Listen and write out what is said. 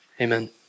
Amen